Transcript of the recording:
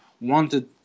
wanted